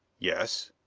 yes.